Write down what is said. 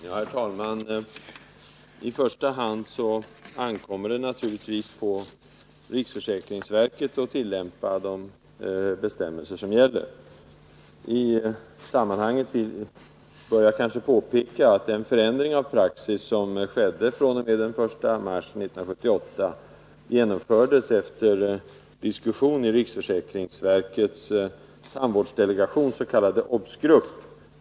Herr talman! Det ankommer naturligtvis i första hand på riksförsäkringsverket att tillämpa de bestämmelser som gäller. I sammanhanget bör jag kanske påpeka att den förändring av praxis som skedde fr.o.m. den 1 mars 1978 genomfördes efter diskussion i riksförsäkringsverkets tandvårdsdelegations s.k. Obs-grupp.